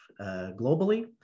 globally